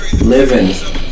Living